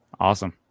awesome